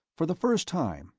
for the first time,